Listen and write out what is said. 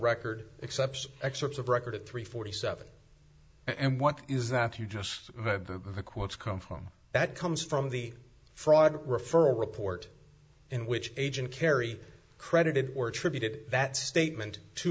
record except excerpts of record three forty seven and what is that you just read the quotes come from that comes from the fraud referral report in which agent carey credited or attributed that statement to